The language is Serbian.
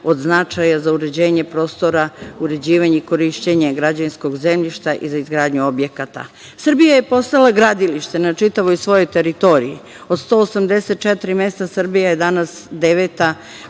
od značaja za uređenje prostora, uređivanje i korišćenje građevinskog zemljišta i za izgradnju objekata. Srbija je postala gradilište, na čitavoj svojoj teritoriji. Od 184 mesta Srbija je danas deveta